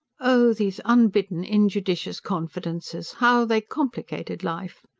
oh, these unbidden, injudicious confidences! how they complicated life!